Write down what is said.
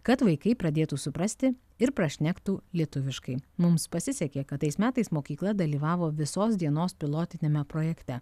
kad vaikai pradėtų suprasti ir prašnektų lietuviškai mums pasisekė kad tais metais mokykla dalyvavo visos dienos pilotiniame projekte